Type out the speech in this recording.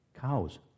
Cows